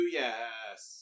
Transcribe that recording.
yes